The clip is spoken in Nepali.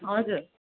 हजुर